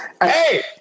Hey